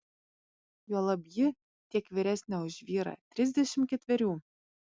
juolab ji tiek vyresnė už vyrą trisdešimt ketverių